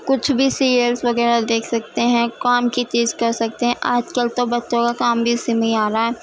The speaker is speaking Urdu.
کچھ بھی سیریلس وغیرہ دیکھ سکتے ہیں کام کی چیز کر سکتے ہیں آج کل تو بچوں کا کام بھی اسی میں ہی آ رہا ہے